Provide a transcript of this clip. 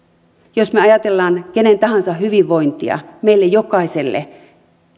jos me ajattelemme kenen tahansa hyvinvointia meidän jokaisen